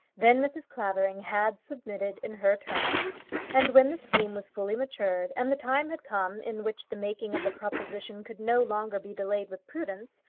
then mrs. clavering had submitted in her turn and when the scheme was fully matured, and the time had come in which the making of the proposition could no longer be delayed with prudence,